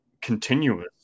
continuous